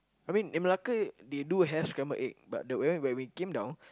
I mean in Malacca they do have scramble egg but the where when we came down